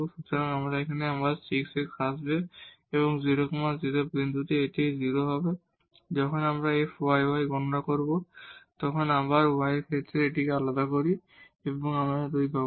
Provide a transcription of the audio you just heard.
সুতরাং এখানে আবার এই 6 x আসবে এবং 00 বিন্দুতে এটি 0 হবে এবং যখন আমরা fyy গণনা করব তাই আমরা আবার y এর ক্ষেত্রে এটিকে আলাদা করি তাই আমরা 2 পাবো